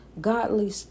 Godly